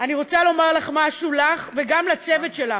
אני רוצה לומר משהו לך וגם לצוות שלך,